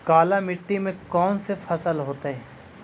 काला मिट्टी में कौन से फसल होतै?